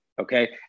okay